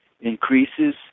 increases